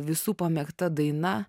visų pamėgta daina